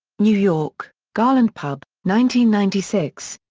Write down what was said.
new york garland pub, ninety ninety six.